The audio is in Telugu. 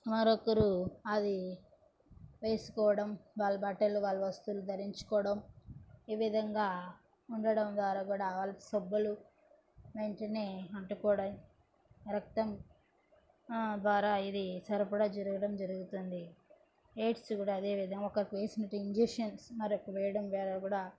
మరొకరు అది వేసుకోవడం వాళ్ళ బట్టలు వాళ్ళ వస్తువులు ధరించుకోవడం ఈ విధంగా ఉండడం ద్వారా కూడా వాళ్ళ సబ్బులు వెంటనే అంటుకోవడం రక్తం ద్వారా ఇది సరిపడా జరగడం జరుగుతుంది ఎయిడ్స్ కూడా అదే విధంగా ఒకరికి వేసినటి ఇంజక్షన్స్ మరొకరికి వేయడం ద్వారా కూడా